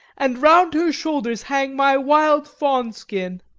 and round her shoulders hang my wild fawn-skin.